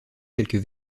quelques